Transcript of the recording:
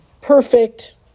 perfect